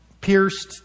Pierced